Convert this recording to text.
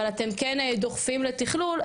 אבל אתם כן דוחפים לתכלול,